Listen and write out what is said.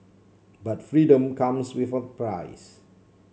but freedom comes with a price